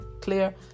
clear